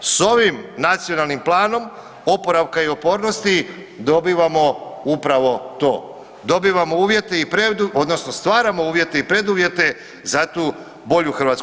S ovim Nacionalnim planom oporavka i otpornosti dobivamo upravo to, dobivamo uvjete odnosno stvaramo uvjete i preduvjete za tu bolju Hrvatsku.